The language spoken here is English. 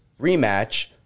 rematch